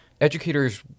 educators